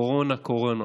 קורונה, קורונה.